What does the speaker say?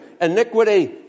Iniquity